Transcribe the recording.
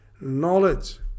knowledge